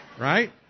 Right